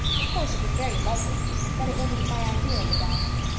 of course, it was very lovely but it wasn't my idea of a diamond.